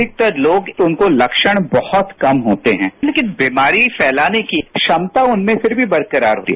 अधिकतर लोग उनको लक्षण बहुत कम होते हैं लेकिन बीमारी फैलाने की क्षमता उनमें फिर भी बरकरार होती है